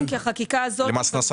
כי החקיקה הזו היא בשביל מס הכנסה.